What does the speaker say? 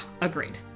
agreed